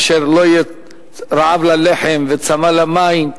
אשר לא יהיה רעב ללחם וצמא למים,